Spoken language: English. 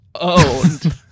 owned